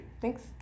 Thanks